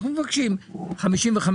אנחנו מבקשים 55%,